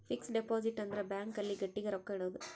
fix deposit ಅಂದ್ರ bank ಅಲ್ಲಿ ಗಟ್ಟಿಗ ರೊಕ್ಕ ಇಡೋದು